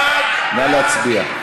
סעיפים 9 17 נתקבלו.